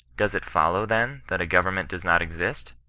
does it follow, then, that a government does not exist?